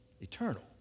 eternal